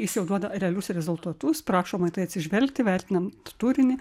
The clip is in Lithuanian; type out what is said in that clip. jis jau duoda realius rezultatus prašoma į tai atsižvelgti vertinant turinį